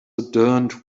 adorned